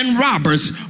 robbers